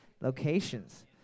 locations